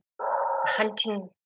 hunting